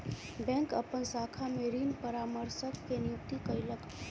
bank अपन शाखा में ऋण परामर्शक के नियुक्ति कयलक